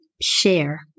share